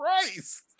Christ